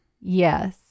Yes